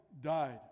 died